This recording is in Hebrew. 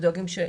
עכשיו,